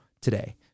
today